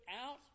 out